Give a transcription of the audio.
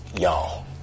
Y'all